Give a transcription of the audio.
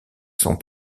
sont